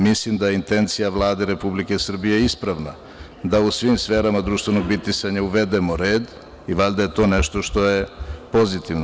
Mislim da intencija Vlade Republike Srbije ispravna, da u svim sferama društvenog bitisanja uvedemo red i valjda je to nešto što je pozitivno.